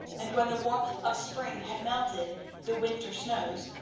and when the warmth of spring had melted the winter snows,